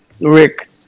Rick